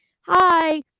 hi –